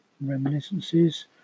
reminiscences